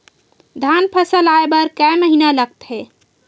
धान फसल आय बर कय महिना लगथे?